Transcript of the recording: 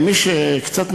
משבת לשבת.